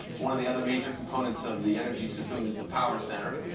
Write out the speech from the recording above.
one of the other major components of the energy system is the power center.